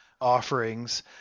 offerings